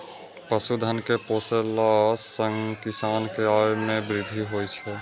पशुधन कें पोसला सं किसान के आय मे वृद्धि होइ छै